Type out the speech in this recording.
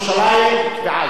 על-פי הדין הבין-לאומי